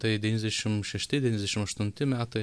tai devyniasdešim šešti devyniasdešim aštunti metai